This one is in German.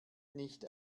nicht